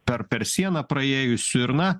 per per sieną praėjusių ir na